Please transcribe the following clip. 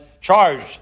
charged